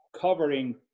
covering